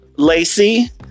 Lacey